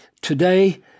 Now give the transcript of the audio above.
Today